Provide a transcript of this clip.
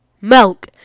milk